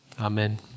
amen